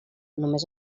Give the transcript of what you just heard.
només